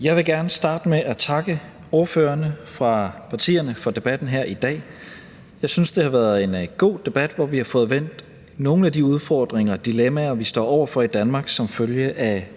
Jeg vil gerne starte med at takke ordførerne fra partierne for debatten her i dag. Jeg synes, det har været en god debat, hvor vi har fået vendt nogle af de udfordringer og dilemmaer, vi står over for i Danmark som følge af